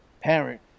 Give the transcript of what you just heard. parent